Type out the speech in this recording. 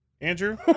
Andrew